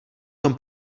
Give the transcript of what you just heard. tom